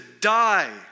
die